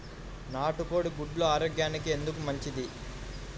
నాటు కోడి గుడ్లు ఆరోగ్యానికి ఎందుకు మంచిది?